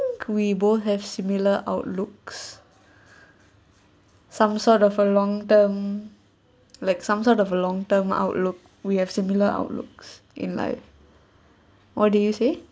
we both have similar outlooks some sort of a long term like some sort of a long term outlook we have similar outlooks in like what did you say